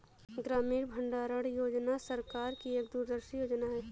ग्रामीण भंडारण योजना सरकार की एक दूरदर्शी योजना है